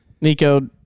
Nico